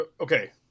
okay